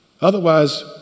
Otherwise